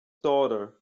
daughter